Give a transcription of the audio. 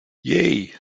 yay